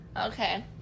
Okay